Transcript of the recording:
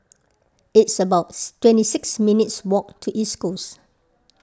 it's about twenty six minutes' walk to East Coast